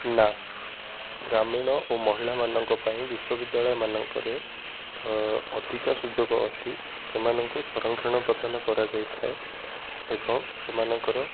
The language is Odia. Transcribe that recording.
ନା ଗ୍ରାମୀଣ ଓ ମହିଳାମାନଙ୍କ ପାଇଁ ବିଶ୍ୱବିଦ୍ୟାଳୟ ମାନଙ୍କରେ ଅଧିକା ସୁଯୋଗ ଅଛି ସେମାନଙ୍କୁ ସଂରକ୍ଷଣ ପ୍ରଦାନ କରାଯାଇଥାଏ ଏବଂ ସେମାନଙ୍କର